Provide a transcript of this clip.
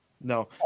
No